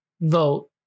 vote